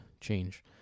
change